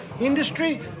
industry